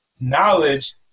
Knowledge